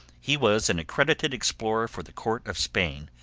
he was an accredited explorer for the court of spain,